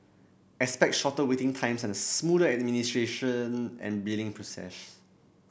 expect shorter waiting times and a smoother administration and billing process